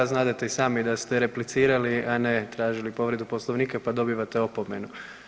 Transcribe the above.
Znadete i sami da ste replicirali, a ne tražili povredu Poslovnika, pa dobivate opomenu.